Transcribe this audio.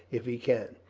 if he can.